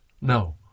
No